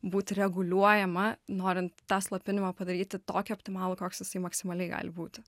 būti reguliuojama norint tą slopinimą padaryti tokį optimalų koks jisai maksimaliai gali būti